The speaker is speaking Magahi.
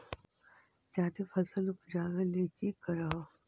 जादे फसल उपजाबे ले की कर हो?